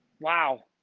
Wow